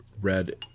red